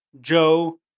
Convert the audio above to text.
Joe